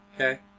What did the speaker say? Okay